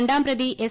രണ്ടാം പ്രതി എസ്